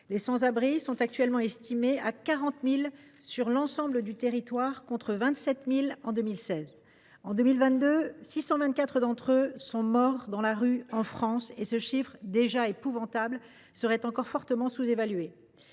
Les sans abri sont actuellement estimés à 40 000 sur l’ensemble du territoire, contre 27 000 en 2016. En 2022, 624 d’entre eux sont morts dans la rue en France et ce chiffre, déjà épouvantable, serait encore fortement sous évalué.